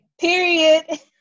period